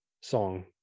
song